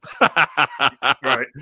Right